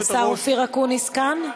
השר אופיר אקוניס כאן?